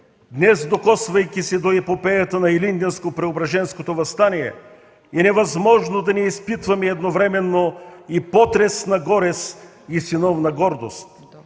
Днес, докосвайки се до епопеята на Илинденско-Преображенското въстание, е невъзможно да не изпитваме едновременно и потресна горест, и синовна гордост